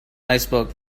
iceberg